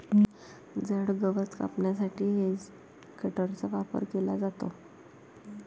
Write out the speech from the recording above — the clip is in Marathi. जड गवत कापण्यासाठी हेजकटरचा वापर केला जातो